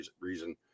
reason